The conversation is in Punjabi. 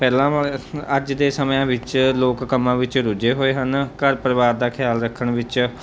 ਪਹਿਲਾਂ ਵਾਲੇ ਅੱਜ ਦੇ ਸਮਿਆਂ ਵਿੱਚ ਲੋਕ ਕੰਮਾਂ ਵਿੱਚ ਰੁੱਝੇ ਹੋਏ ਹਨ ਘਰ ਪਰਿਵਾਰ ਦਾ ਖਿਆਲ ਰੱਖਣ ਵਿੱਚ